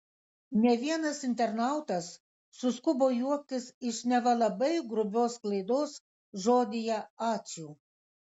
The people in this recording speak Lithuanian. ne vienas internautas suskubo juoktis iš neva labai grubios klaidos žodyje ačiū